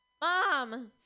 Mom